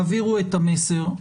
יעבירו את המסר,